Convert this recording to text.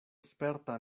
sperta